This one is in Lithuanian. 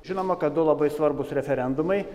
žinoma kad du labai svarbūs referendumai